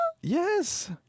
Yes